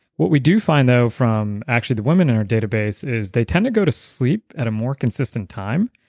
what we do find though from actually the women in our database is they tend to go to sleep at a more consistent time,